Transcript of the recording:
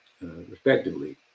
respectively